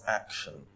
action